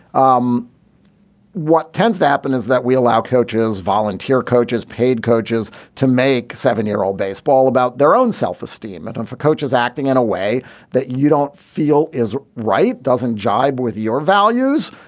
um what tends to happen is that we allow coaches volunteer coaches paid coaches to make seven year old baseball about their own self-esteem and on for coaches acting in a way that you don't feel is right doesn't jibe with your values.